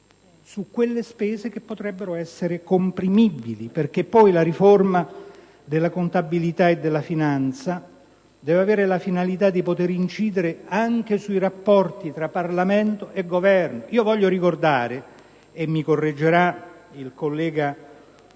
su quelle spese che potrebbero essere comprimibili, perché poi la riforma della contabilità e della finanza deve avere la finalità di poter incidere anche sui rapporti tra Parlamento e Governo. A tal proposito, voglio ricordare - mi correggerà